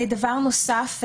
דבר נוסף,